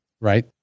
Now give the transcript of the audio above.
right